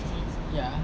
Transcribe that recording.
ya